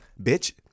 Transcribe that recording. Bitch